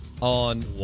on